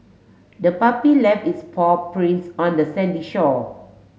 the puppy left its paw prints on the sandy shore